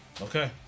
Okay